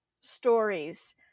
stories